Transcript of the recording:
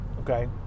Okay